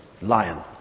lion